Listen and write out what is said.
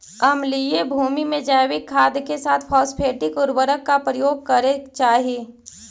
अम्लीय भूमि में जैविक खाद के साथ फॉस्फेटिक उर्वरक का प्रयोग करे चाही